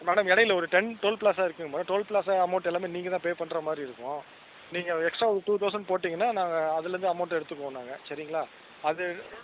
madam இடையில ஒரு ten toll plaza இருக்குங்க மேடம் டோல் பிளாசா அமௌன்ட் எல்லாமே நீங்கள் தான் பே பண்ணுற மாதிரி இருக்கும் நீங்கள் எக்ஸ்ட்ரா ஒரு டூ தொளசண்ட் போட்டிங்கன்னா நாங்கள் அதுலிருந்து அமௌன்ட் எடுத்துக்குவோம் நாங்கள் சரிங்களா அது